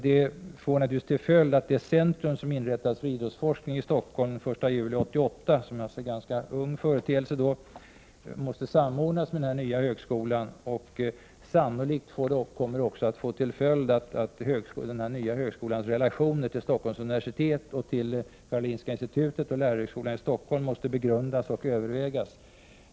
Det får naturligtvis till följd att det centrum för idrottsforskning som inrättades i Stockholm den 1 juli 1988 —- en ganska ung företeelse — måste samordnas med den nya högskolan. Sannolikt kommer det också att få till följd att den nya högskolans relationer till Stockholms universitet, Karolinska institutet och lärarhögskolan i Stockholm måste begrundas och övervägas.